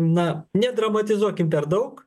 na nedramatizuokim per daug